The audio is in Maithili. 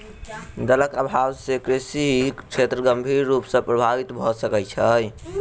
जलक अभाव से कृषि क्षेत्र गंभीर रूप सॅ प्रभावित भ सकै छै